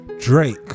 Drake